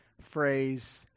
phrase